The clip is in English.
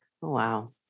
Wow